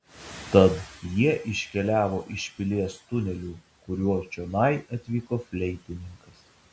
tad jie iškeliavo iš pilies tuneliu kuriuo čionai atvyko fleitininkas